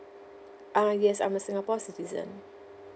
uh yes I'm a singapore citizen